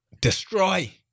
destroy